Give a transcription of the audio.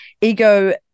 Ego